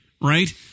right